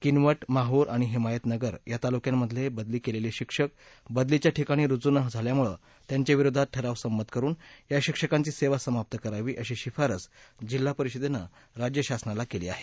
किनवट माहूर आणि हिमायतनगर या तालूक्यांमधले बदली केलेले शिक्षक बदलीच्या ठिकाणी रूजू न झाल्यामुळे त्यांच्याविरोधात ठराव संमत करून या शिक्षकांची सेवा समाप्त करावी अशी शिफारस जिल्हापरीषदेनं राज्य शासनाला केली आहे